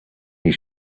his